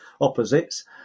opposites